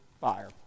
fire